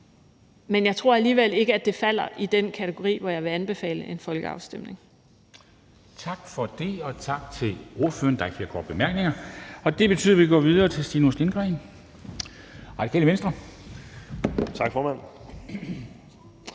men jeg tror alligevel ikke, at det falder i den kategori, hvor jeg vil anbefale en folkeafstemning.